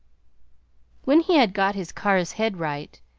when he had got his car's head right,